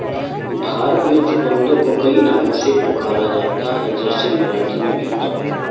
भारत में चुकंदर को कई नामों से पुकारा जाता है जैसे मराठी में बीता